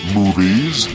movies